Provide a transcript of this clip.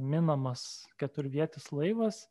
minamas keturvietis laivas